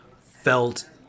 felt